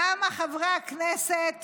למה חברי הכנסת